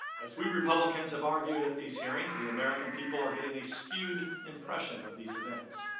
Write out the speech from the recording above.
as we republicans have argued at these hearings, the american people are getting a skewed impression of these events.